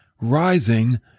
rising